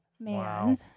man